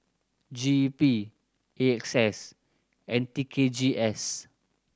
G E P A X S and T K G S